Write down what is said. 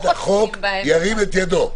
ירים את ידו.